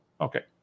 Okay